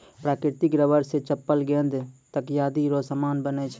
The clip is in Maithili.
प्राकृतिक रबर से चप्पल गेंद तकयादी रो समान बनै छै